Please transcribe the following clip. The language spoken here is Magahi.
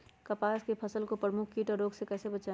कपास की फसल को प्रमुख कीट और रोग से कैसे बचाएं?